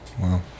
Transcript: Wow